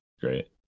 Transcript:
great